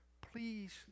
please